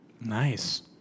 Nice